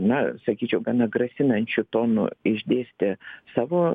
na sakyčiau gana grasinančiu tonu išdėstė savo